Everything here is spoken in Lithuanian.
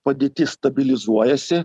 padėtis stabilizuojasi